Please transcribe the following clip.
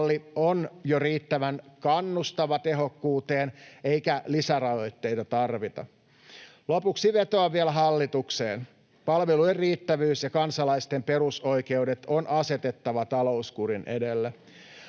on jo riittävän kannustava tehokkuuteen, eikä lisärajoitteita tarvita. Lopuksi vetoan vielä hallitukseen: Palvelujen riittävyys ja kansalaisten perusoikeudet on asetettava talouskurin edelle.